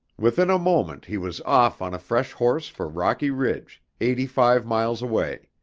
within a moment he was off on a fresh horse for rocky ridge, eighty-five miles away.